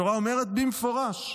התורה אומרת במפורש.